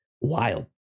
Wild